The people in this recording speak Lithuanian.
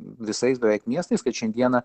visais beveik miestais kad šiandieną